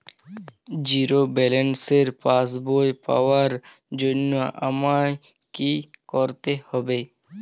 Zero ব্যালেন্সের পাসবই পাওয়ার জন্য আমায় কী করতে হবে?